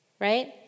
Right